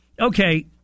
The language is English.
Okay